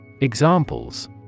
Examples